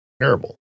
Terrible